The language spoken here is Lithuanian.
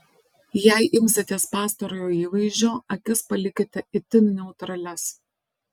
jei imsitės pastarojo įvaizdžio akis palikite itin neutralias